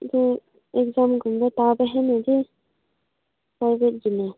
ꯑꯗꯨ ꯑꯦꯛꯖꯥꯝꯒꯨꯝꯕ ꯊꯥꯕꯁꯤꯅꯗꯤ